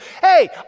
hey